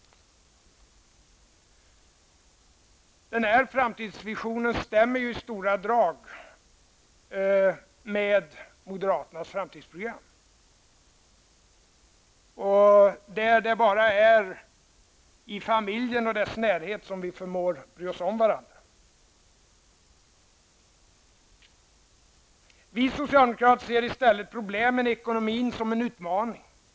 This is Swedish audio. Den här framtidsvisionen stämmer i stora drag överens med moderaternas framtidsprogram, där det sägs att det bara är i familjen och i dess närhet som vi förmår att bry oss om varandra. Vi socialdemokrater ser i stället problemen i ekonomin som en utmaning.